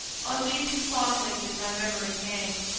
on thee too fondly did my memory hang,